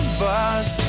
bus